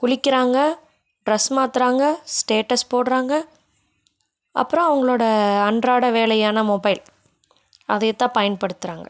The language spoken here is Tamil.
குளிக்கிறாங்க ட்ரெஸ் மாற்றுறாங்க ஸ்டேட்டஸ் போடுறாங்க அப்புறம் அவங்களோட அன்றாடய வேலையான மொபைல் அதை தான் பயன்படுத்துகிறாங்க